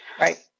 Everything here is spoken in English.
Right